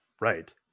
Right